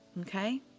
Okay